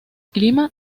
clima